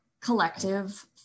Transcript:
collective